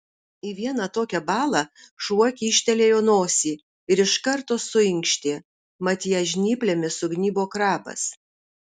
į vieną tokią balą šuo kyštelėjo nosį ir iš karto suinkštė mat ją žnyplėmis sugnybo krabas